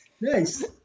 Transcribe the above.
Nice